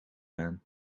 man